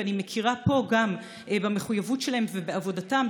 ואני מכירה גם פה במחויבות שלהם ובעבודתם,